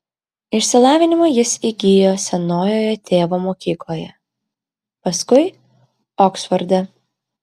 išsilavinimą jis įgijo senojoje tėvo mokykloje paskui oksforde